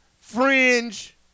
fringe